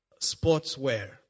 sportswear